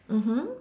mmhmm